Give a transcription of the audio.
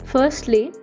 Firstly